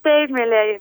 taip mielieji